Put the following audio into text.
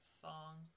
song